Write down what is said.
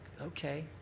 Okay